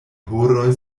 horoj